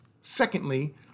Secondly